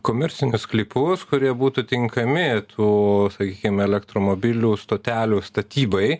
komercinius sklypus kurie būtų tinkami tų sakykim elektromobilių stotelių statybai